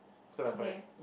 okay